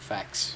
facts